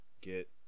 get